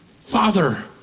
Father